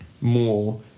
more